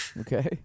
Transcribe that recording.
Okay